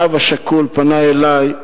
האב השכול פנה אלי,